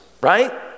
right